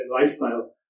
lifestyle